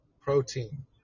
protein